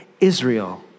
Israel